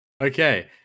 okay